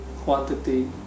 quantity